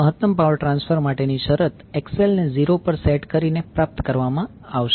મહત્તમ power transfer માટેની શરત XL ને 0 પર સેટ કરીને પ્રાપ્ત કરવામાં આવશે